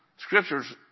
Scriptures